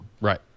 Right